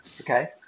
okay